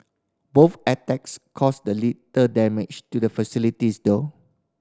both attacks caused little damage to the facilities though